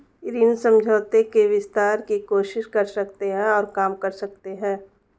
ऋण समझौते के विस्तार की कोशिश कर सकते हैं और काम कर सकते हैं